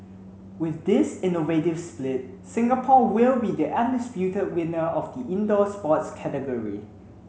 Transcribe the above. with this innovative split Singapore will be the undisputed winner of the indoor sports category